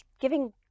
giving